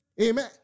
Amen